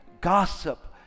gossip